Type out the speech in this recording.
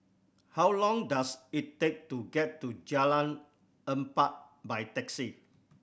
how long does it take to get to Jalan Empat by taxi